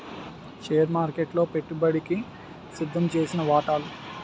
share మార్కెట్లలో పెట్టుబడికి సిద్దంచేసిన వాటాలు